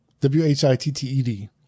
W-H-I-T-T-E-D